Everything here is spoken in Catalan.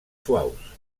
suaus